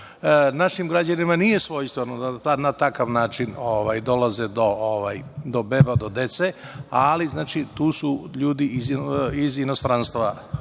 Našim građanima nije svojstveno da na takav način dolaze do beba, do dece, ali tu su ljudi iz inostranstva